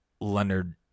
Leonard